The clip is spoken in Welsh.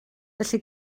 felly